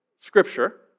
Scripture